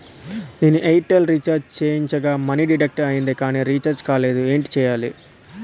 నేను Airtel recharge చేయించగా money deduct అయ్యింది కానీ రీఛార్జ్ కాలేదు ఏంటి చేయాలి?